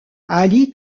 ali